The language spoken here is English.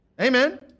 Amen